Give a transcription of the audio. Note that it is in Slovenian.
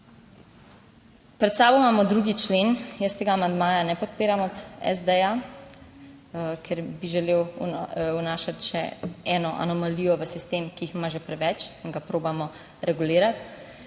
Pred sabo imamo 2. člen. Jaz tega amandmaja ne podpiram od SD, ker bi želel vnašati še eno anomalijo v sistem, ki jih ima že preveč in ga probamo regulirati.